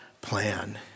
plan